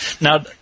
Now